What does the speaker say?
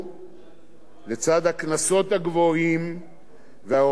לצד הקנסות הגבוהים וההוראות העונשיות,